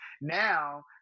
now